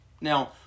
Now